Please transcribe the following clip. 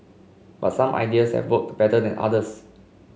but some ideas have worked better than others